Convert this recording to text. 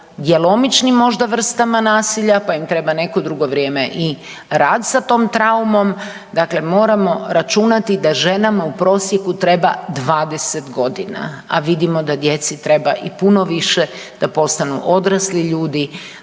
djelomičnim možda, vrstama nasilja, pa im treba neko drugo vrijeme i rad sa tom traumom. Dakle moramo računati da ženama u prosjeku treba 20 godina, a vidimo da djeci treba i puno više da postanu odrasli ljudi,